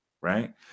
Right